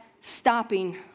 stopping